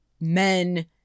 men